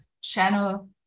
channel